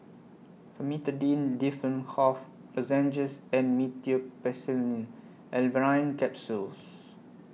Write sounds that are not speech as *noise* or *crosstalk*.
*noise* Famotidine Difflam *unintelligible* Lozenges and Meteospasmyl Alverine Capsules